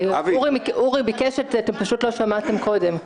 אורי ביקש, ואתם פשוט לא שמעתם קודם.